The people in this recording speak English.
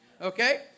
Okay